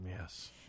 Yes